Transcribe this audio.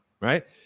right